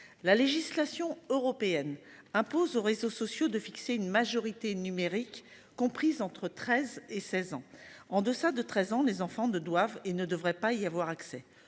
La législation européenne impose aux réseaux sociaux de fixer une majorité numérique comprise entre 13 et 16 ans en deçà de 13 ans, les enfants de doivent et ne devrait pas y avoir accès.